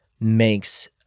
makes